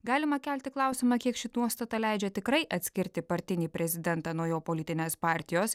galima kelti klausimą kiek ši nuostata leidžia tikrai atskirti partinį prezidentą nuo jo politinės partijos